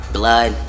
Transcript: blood